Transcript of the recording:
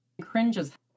Cringes